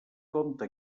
compte